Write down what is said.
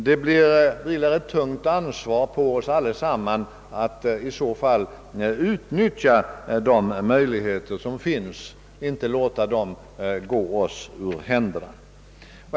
Det vilar i så fall ett tungt ansvar på oss allesammans att utnyttja de möjligheter som finns — att inte låta dem gå oss ur händerna.